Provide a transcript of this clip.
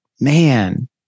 man